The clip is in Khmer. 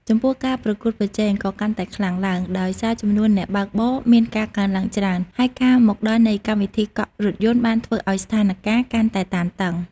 ចំពោះការប្រកួតប្រជែងក៏កាន់តែខ្លាំងឡើង ដោយសារចំនួនអ្នកបើកបរមានការកើនទ្បើងច្រើន ហើយការមកដល់នៃកម្មវិធីកក់រថយន្តបានធ្វើឱ្យស្ថានការណ៍កាន់តែតានតឹង។